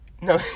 No